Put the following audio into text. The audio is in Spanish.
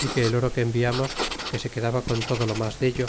y que el oro que enviamos que se quedaba con todo lo mas dello